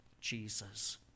Jesus